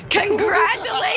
Congratulations